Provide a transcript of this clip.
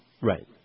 Right